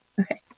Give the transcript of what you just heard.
Okay